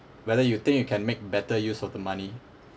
whether you think you can make better use of the money